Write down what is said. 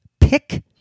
pick